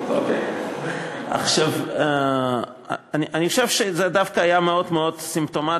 אני חושב שזה דווקא היה מאוד מאוד סימפטומטי,